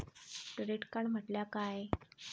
Credit card म्हटल्या काय?